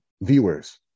viewers